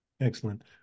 Excellent